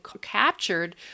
captured